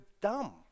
dumb